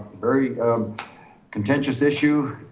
very contentious issue.